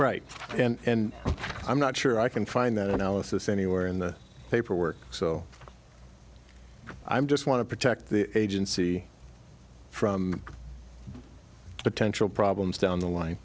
right and i'm not sure i can find that analysis anywhere in the paperwork so i'm just want to protect the agency from potential problems down the line